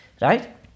right